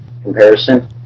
Comparison